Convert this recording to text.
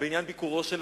בעניין ביקורו של